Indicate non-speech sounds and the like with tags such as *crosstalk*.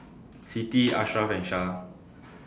*noise* Siti *noise* Ashraff and Syah *noise*